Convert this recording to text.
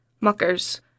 Muckers